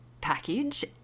package